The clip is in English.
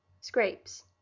Scrapes